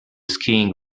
skiing